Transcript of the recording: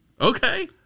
Okay